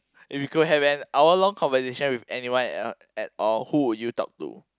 if you could have an hour long conversation with anyone at at all who would you talk to